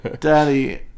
daddy